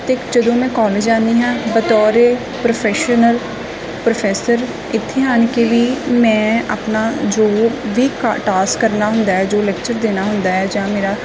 ਅਤੇ ਜਦੋਂ ਮੈਂ ਕਾਲਜ ਜਾਂਦੀ ਹਾਂ ਬਤੌਰ ਏ ਪ੍ਰੋਫੈਸ਼ਨਲ ਪ੍ਰੋਫੈਸਰ ਇੱਥੇ ਆਣ ਕੇ ਵੀ ਮੈਂ ਆਪਣਾ ਜੋ ਵੀ ਕਾ ਟਾਸਕ ਕਰਨਾ ਹੁੰਦਾ ਹੈ ਜੋ ਲੈਕਚਰ ਦੇਣਾ ਹੁੰਦਾ ਹੈ ਜਾਂ ਮੇਰਾ